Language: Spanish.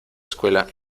escuela